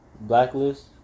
Blacklist